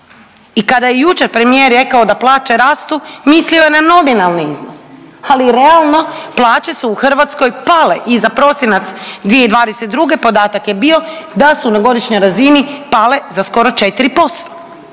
I kada je jučer premijer rekao da plaće rastu mislio je na nominalni iznos, ali realno plaće su u Hrvatskoj pale i za prosinac 2022. podatak je bio da su na godišnjoj razini pale za skoro 4%